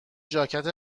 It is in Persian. ژاکت